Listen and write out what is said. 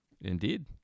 Indeed